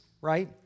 right